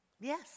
Yes